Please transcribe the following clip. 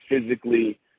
physically